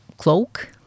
cloak